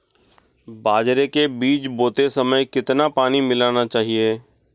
बाजरे के बीज बोते समय कितना पानी मिलाना चाहिए?